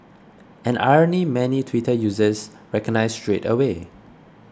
an irony many Twitter users recognised straight away